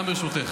גם ברשותך.